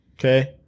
Okay